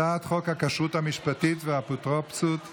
הצעת חוק הכשרות המשפטית והאפוטרופסות (תיקון,